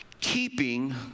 keeping